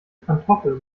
pantoffel